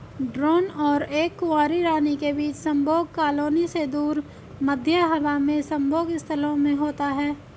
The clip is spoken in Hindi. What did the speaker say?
ड्रोन और एक कुंवारी रानी के बीच संभोग कॉलोनी से दूर, मध्य हवा में संभोग स्थलों में होता है